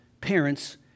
parents